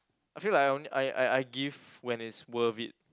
I feel like I on~ I I I give when it's worth it